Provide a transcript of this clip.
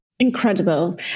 Incredible